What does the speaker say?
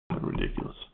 Ridiculous